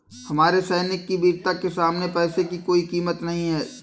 हमारे सैनिक की वीरता के सामने पैसे की कोई कीमत नही है